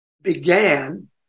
began